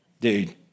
dude